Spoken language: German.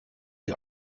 die